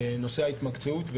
נושא ההתמקצעות,